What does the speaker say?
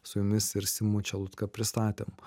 su jumis ir simu čelutka pristatėm